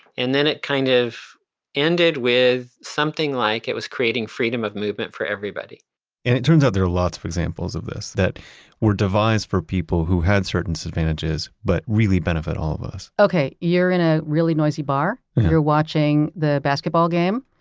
and then it kind of ended with something like, it was creating freedom of movement for everybody and it turns out there are lots of examples of this, that were devised for people with certain disadvantages, but really benefit all of us okay, you're in a really noisy bar, you're watching the basketball game,